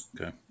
Okay